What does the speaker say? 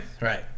Right